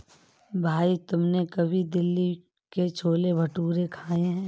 भाई तुमने कभी दिल्ली के छोले भटूरे खाए हैं?